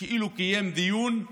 כאילו, קיים דיון,